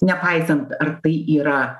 nepaisant ar tai yra